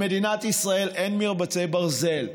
למדינת ישראל אין מרבצי ברזל,